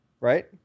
right